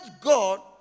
God